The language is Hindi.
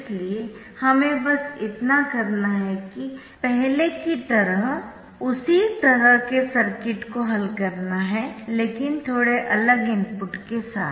इसलिए हमें बस इतना करना है कि पहले की तरह उसी तरह के सर्किट को हल करना है लेकिन थोड़े अलग इनपुट के साथ